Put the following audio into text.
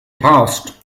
passed